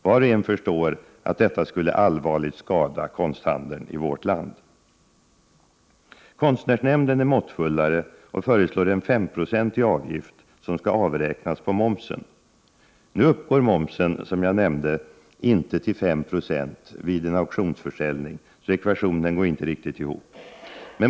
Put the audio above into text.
Var och en förstår att detta allvarligt skulle skada konsthandeln i vårt land. Konstnärsnämnden är måttfullare och föreslår en 5-procentig avgift som skall avräknas på momsen. Som jag nyss nämnde uppgår inte momsen till 5 Yo vid en auktionsförsäljning, så ekvationen går inte riktigt ihop.